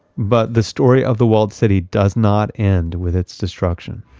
but the story of the walled city does not end with its destruction